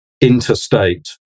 interstate